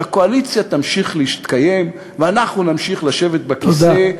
שהקואליציה תמשיך להתקיים ואנחנו נמשיך לשבת בכיסא,